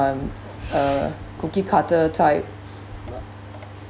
uh cookie-cutter type